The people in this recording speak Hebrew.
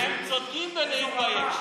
והם צודקים בלהתבייש.